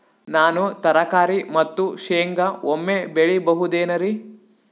ನಾನು ತರಕಾರಿ ಮತ್ತು ಶೇಂಗಾ ಒಮ್ಮೆ ಬೆಳಿ ಬಹುದೆನರಿ?